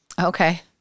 Okay